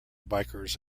bikers